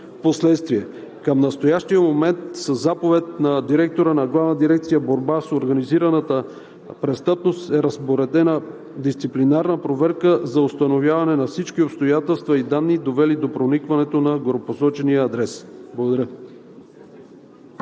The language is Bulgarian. впоследствие. Към настоящия момент със заповед на директора на Главна дирекция „Борба с организираната престъпност“ е разпоредена дисциплинарна проверка за установяване на всички обстоятелства и данни, довели до проникването на горепосочения адрес. Благодаря.